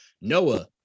Noah